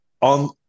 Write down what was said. on